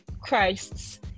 christ's